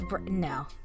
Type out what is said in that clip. No